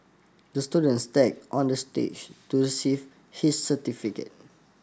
the student on the stage to receive his certificate